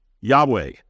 Yahweh